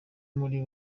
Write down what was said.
muri